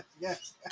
yes